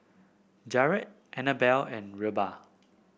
Jarret Annabell and Reba